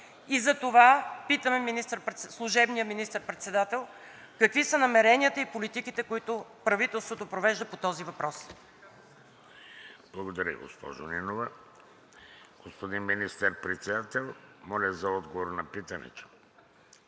И затова питаме служебния министър-председател: какви са намеренията и политиките, които правителството провежда по този въпрос? ПРЕДСЕДАТЕЛ ВЕЖДИ РАШИДОВ: Благодаря, госпожо Нинова. Господин Министър-председател, моля за отговор на питането